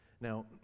now